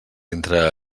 entre